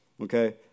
Okay